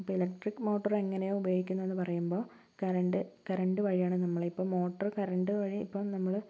ഇപ്പം electric motor എങ്ങനേയാ ഉപയോഗിക്കുന്നേന്ന് പറയുമ്പോൾ കരണ്ട് കരണ്ട് വഴിയാണ് നമ്മളിപ്പം മോട്ടറ് കറണ്ട് വഴി ഇപ്പം നമ്മള്